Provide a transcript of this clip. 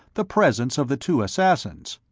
the presence of the two assassins.